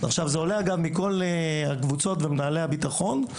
זה עולה מכל הקבוצות וממנהלי הביטחון.